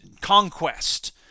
conquest